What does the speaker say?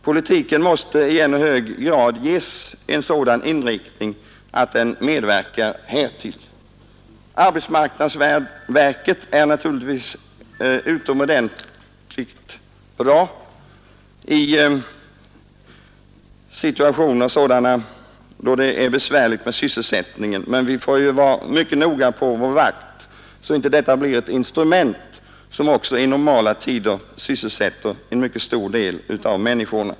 Politiken måste i ännu högre grad ges en sådan inriktning att den medverkar härtill. Arbetsmarknadsstyrelsen är naturligtvis utomordentligt bra i krisartade situationer, men vi får vara på vår vakt så att det inte blir så att AMS blir ett instrument som även också under normala tider sysselsätter en mycket stor del av människorna.